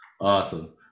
Awesome